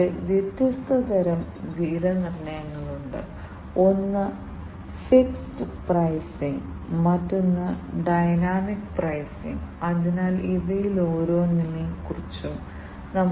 എന്നാൽ അതേ സമയം മിക്ക ഐഐഒടി ആപ്ലിക്കേഷനുകളിലും എളുപ്പത്തിൽ ഉപയോഗിക്കാൻ കഴിയാത്തത് വളരെ ചെലവേറിയതായിരിക്കരുത്